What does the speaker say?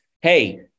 Hey